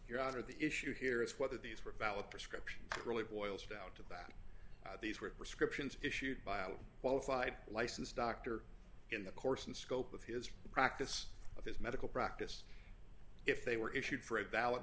your honor the issue here is whether these were valid prescriptions really boils down to that these were scription issued by a qualified licensed doctor in the course and scope of his practice of his medical practice if they were issued for a valid